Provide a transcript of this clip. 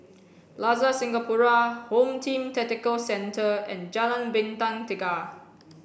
Plaza Singapura Home Team Tactical Centre and Jalan Bintang Tiga